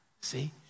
see